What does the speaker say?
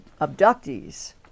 abductees